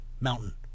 mountain